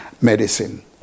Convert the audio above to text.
medicine